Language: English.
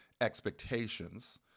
expectations